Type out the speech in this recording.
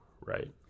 right